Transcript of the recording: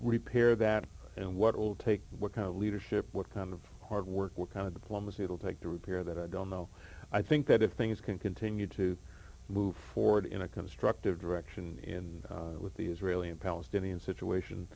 repair that and what will take what kind of leadership what kind of hard work what kind of diplomacy it will take to repair that i don't know i think that if things can continue to move forward in a constructive direction in with the israeli and palestinian situation